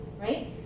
right